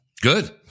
Good